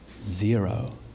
Zero